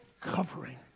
covering